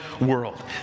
world